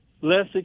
less